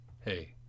hey